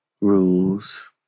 rules